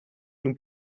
این